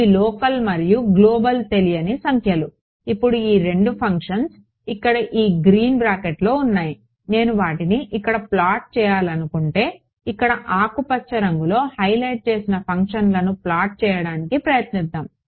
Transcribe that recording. ఇవి లోకల్ మరియు గ్లోబల్ తెలియని సంఖ్యలు ఇప్పుడు ఈ రెండు ఫంక్షన్లు ఇక్కడ ఈ గ్రీన్ బ్రాకెట్లో ఉన్నాయి నేను వాటిని ఇక్కడ ప్లాట్ చేయాలనుకుంటే ఇక్కడ ఆకుపచ్చ రంగులో హైలైట్ చేసిన ఫంక్షన్లను ప్లాట్ చేయడానికి ప్రయత్నిద్దాం